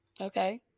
okay